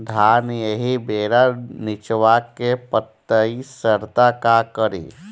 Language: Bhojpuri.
धान एही बेरा निचवा के पतयी सड़ता का करी?